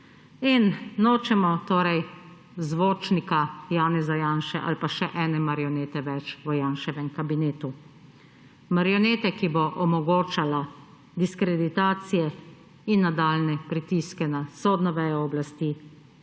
in nočemo torej zvočnika Janeza Janše ali pa še ene marionete več v Janševem kabinetu. Marionete, ki bo omogočala diskreditacije in nadaljnje pritiske na sodno vejo oblasti